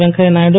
Venkaiah Naidu